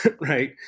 right